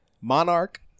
Monarch